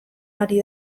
ari